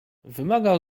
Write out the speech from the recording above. wymagał